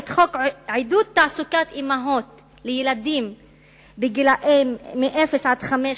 את חוק עידוד תעסוקת אמהות לילדים עד גיל חמש,